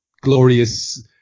glorious